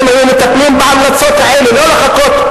אם היו מטפלים בהמלצות האלה, ולא לחכות.